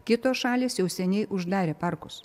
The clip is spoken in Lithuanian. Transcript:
kitos šalys jau seniai uždarė parkus